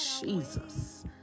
Jesus